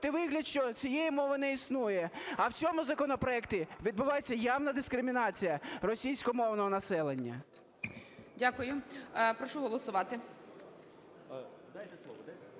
вигляд, що цієї мови не існує. А в цьому законопроекті відбувається явна дискримінація російськомовного населення. Веде засідання